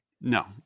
no